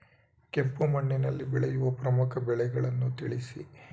ಕೆಂಪು ಮಣ್ಣಿನಲ್ಲಿ ಬೆಳೆಯುವ ಪ್ರಮುಖ ಬೆಳೆಗಳನ್ನು ತಿಳಿಸಿ?